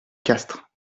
castres